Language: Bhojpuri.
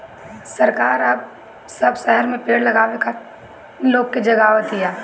सरकार अब सब शहर में पेड़ लगावे खातिर लोग के जगावत बिया